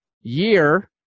year